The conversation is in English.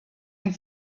and